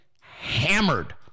hammered